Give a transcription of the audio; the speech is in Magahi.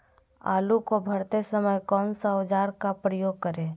आलू को भरते समय कौन सा औजार का प्रयोग करें?